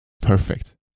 perfect